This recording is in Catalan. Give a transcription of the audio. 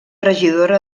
regidora